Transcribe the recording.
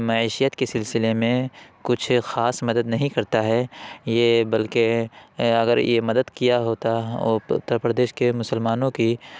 معیشیت کے سلسلے میں کچھ خاص مدد نہیں کرتا ہے یہ بلکہ اگر یہ مدد کیا ہوتا اور اتر پردیش کے مسلمانوں کی